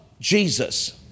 Jesus